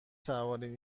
توانید